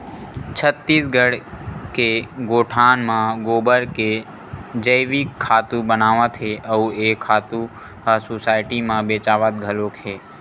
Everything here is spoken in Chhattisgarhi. छत्तीसगढ़ के गोठान म गोबर के जइविक खातू बनावत हे अउ ए खातू ह सुसायटी म बेचावत घलोक हे